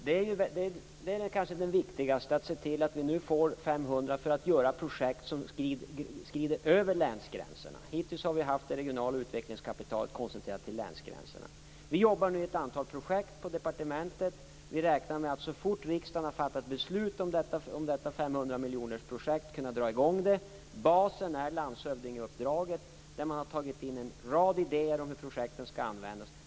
Fru talman! Det kanske viktigaste är att se till att vi nu får 500 miljoner för projekt över länsgränserna. Hittills har vi begränsat oss det regionala utvecklingskapitalet koncentrerat inom länsgränserna. Vi jobbar med ett antal projekt på departementet. Vi räknar med att så fort riksdagen har fattat beslut om detta 500 miljonersprojekt kunna dra i gång det. Basen är landshövdingeuppdraget, där man har tagit in en rad idéer om hur projekten skall genomföras.